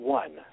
one